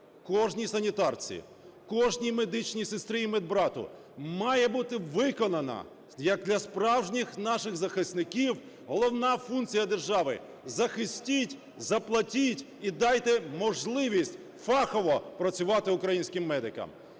кожній санітарці, кожній медичній сестрі і медбрату. Має бути виконана як для справжніх наших захисників головна функція держави – захистіть, заплатіть і дайте можливість фахово працювати українським медикам.